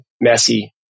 messy